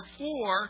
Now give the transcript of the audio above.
four